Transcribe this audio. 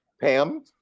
Pam